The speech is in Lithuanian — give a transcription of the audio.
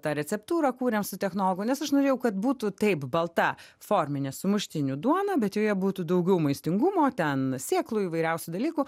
tą receptūrą kūrėm su technologu nes aš norėjau kad būtų taip balta forminė sumuštinių duona bet joje būtų daugiau maistingumo ten sėklų įvairiausių dalykų